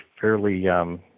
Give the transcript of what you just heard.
fairly